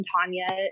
Tanya